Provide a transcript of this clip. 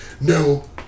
No